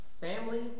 family